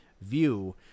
view